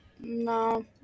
No